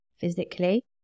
physically